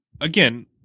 again